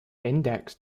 index